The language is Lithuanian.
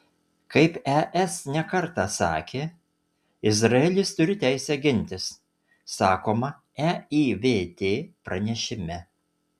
kaip es ne kartą sakė izraelis turi teisę gintis sakoma eivt pranešime